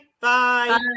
bye